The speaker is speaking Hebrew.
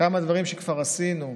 כמה דברים שכבר עשינו,